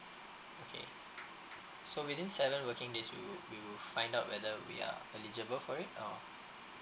okay so within seven working days we'll we will find out whether we are eligible for it or